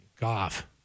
Goff